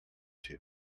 too